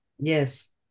Yes